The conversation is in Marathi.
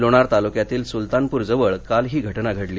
लोणार तालुकयातील सुलतानपुर जवळ काल ही घटना घडली